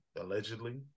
Allegedly